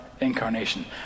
incarnation